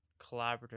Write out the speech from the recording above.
collaborative